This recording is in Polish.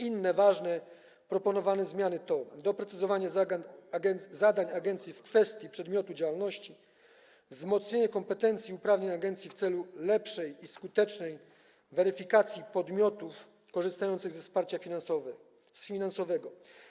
Inne ważne proponowane zmiany to doprecyzowanie zadań agencji w kwestii przedmiotu działalności, wzmocnienie kompetencji i uprawnień agencji w celu lepszej i skutecznej weryfikacji podmiotów korzystających ze wsparcia finansowego.